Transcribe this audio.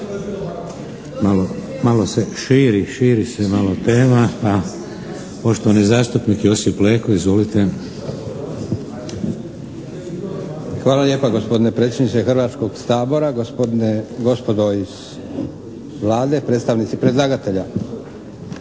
Hvala lijepo gospodine predsjedniče Hrvatskog sabora, gospodo iz Vlade, predstavnici predlagatelja.